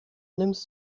nimmst